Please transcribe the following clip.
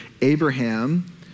Abraham